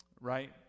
right